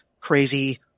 crazy